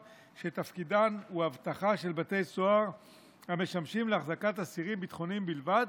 שתפקידן הוא אבטחה של בתי סוהר המשמשים להחזקת אסירים ביטחוניים בלבד